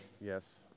Yes